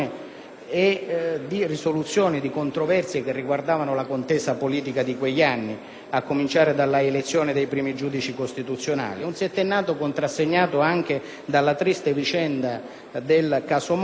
e di risoluzione di controversie che riguardavano la contesa politica di quegli anni, a cominciare dalla elezione dei primi giudici costituzionali. Un settennato contrassegnato anche dalla triste vicenda del caso Moro